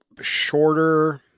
shorter